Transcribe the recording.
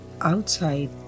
outside